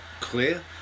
clear